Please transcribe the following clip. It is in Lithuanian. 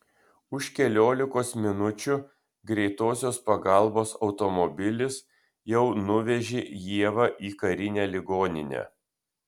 už keliolikos minučių greitosios pagalbos automobilis jau nuvežė ievą į karinę ligoninę